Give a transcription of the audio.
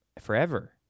forever